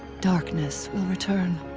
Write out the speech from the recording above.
darkness will return.